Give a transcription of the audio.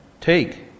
take